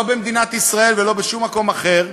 לא במדינת ישראל ולא בשום מקום אחר,